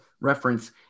reference